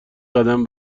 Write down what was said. قدم